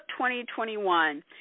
2021